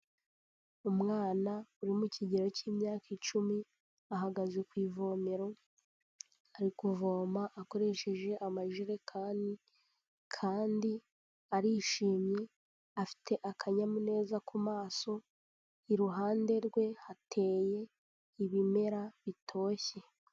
Umwana uri mu kigero cy'imyaka icumi ahagaze ku ivomero, ari kuvoma akoresheje amajerekani kandi arishimye afite akanyamuneza ku maso, iruhande rwe hateye ibimera bitoshye.